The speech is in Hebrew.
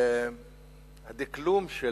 הדקלום של